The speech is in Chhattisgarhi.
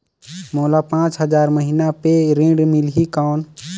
मोला पांच हजार महीना पे ऋण मिलही कौन?